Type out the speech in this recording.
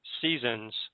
seasons